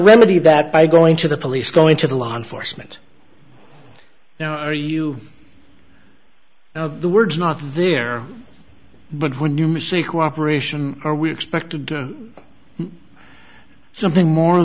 remedy that by going to the police going to the law enforcement now are you of the words not there but when numerously cooperation or we expected something more